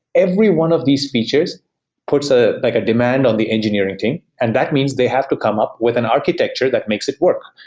every one of these features puts ah like a demand on the engineering team, and that means they have to come up with an architecture that makes it work.